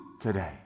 today